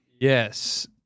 Yes